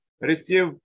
Receive